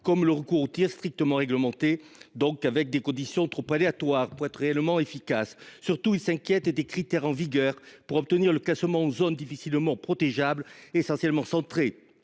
est du recours au tir, trop strictement encadré, et dans des conditions trop aléatoires, pour être réellement efficace. Surtout, ils s’inquiètent des critères en vigueur pour obtenir le classement en zone difficilement protégeable, essentiellement centré